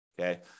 okay